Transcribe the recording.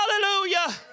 hallelujah